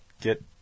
get